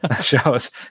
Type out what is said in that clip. shows